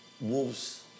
wolves